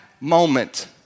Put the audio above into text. moment